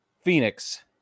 Phoenix